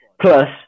Plus